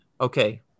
Okay